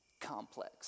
Complex